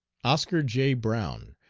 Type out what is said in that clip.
oscar j. brown,